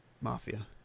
Mafia